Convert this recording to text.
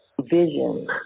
vision